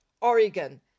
oregon